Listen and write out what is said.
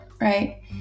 right